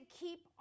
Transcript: keep